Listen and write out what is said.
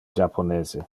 japonese